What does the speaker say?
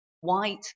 white